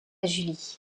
julie